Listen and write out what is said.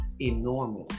enormous